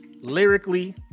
Lyrically